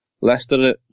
Leicester